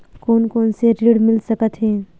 कोन कोन से ऋण मिल सकत हे?